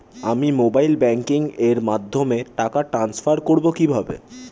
আমি mobile banking এর মাধ্যমে টাকা টান্সফার করব কিভাবে?